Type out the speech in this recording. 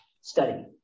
study